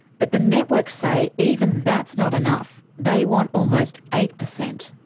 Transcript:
but the networks say even that's not enough, they want almost eight percent.